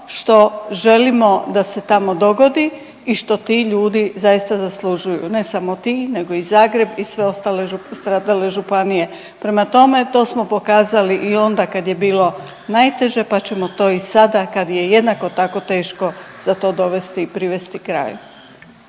što želimo da se tamo dogodi i što ti ljudi zaista zaslužuju ne samo ti nego i Zagreb i sve ostale stradale županije. Prema tome, to smo pokazali i onda kad je bilo najteže pa ćemo to i sada kad je jednako tako teško za to dovesti i privesti kraju.